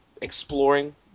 exploring